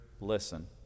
listen